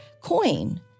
coin